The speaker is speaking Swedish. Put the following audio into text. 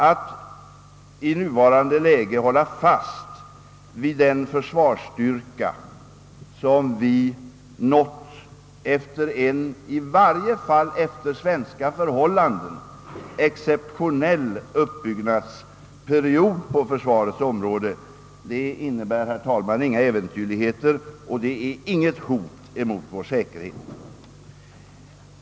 Att i nuvarande läge hålla fast vid den försvarsstyrka som vi nått efter en i varje fall för svenska förhållanden exceptionell uppbyggnadsperiod på försvarets område innebär, herr talman, inga äventyrligheter och är inget hot mot vår säkerhet.